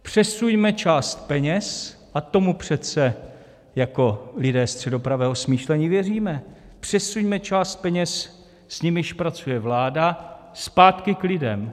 Přesuňme část peněz, a tomu přece jako lidé středopravého smýšlení věříme, přesuňme část peněz, s nimiž pracuje vláda, zpátky k lidem.